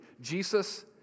Jesus